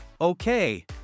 Okay